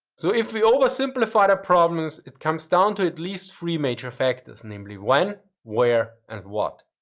so, if we oversimplify the problems, it comes down to at least three major factors, namely when, where and what.